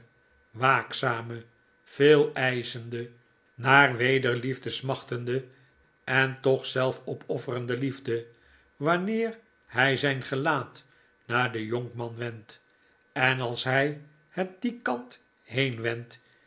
waakzame veeleischende naar wederliefde smachtende en toch zelfopofferende liefde wanneer hy zyn gelaat naar den jonkman wendt en als hy het dien kant heeu